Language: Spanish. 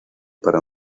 para